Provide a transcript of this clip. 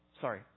sorry